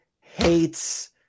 hates